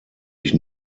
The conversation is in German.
ich